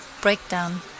Breakdown